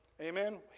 Amen